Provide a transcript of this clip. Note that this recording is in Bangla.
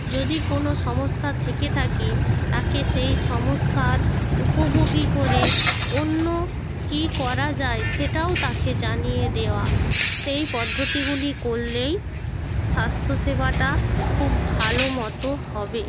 যদি কোনো সমস্যা থেকে থাকে তাকে সেই সমস্যার উপভোগী করে অন্য কী করা যায় সেটাও তাকে জানিয়ে দেওয়া সেই পদ্ধতিগুলি করলেই স্বাস্থ্যসেবাটা খুব ভালো মতো হবে